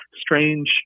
strange